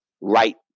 right